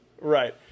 Right